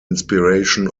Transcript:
inspiration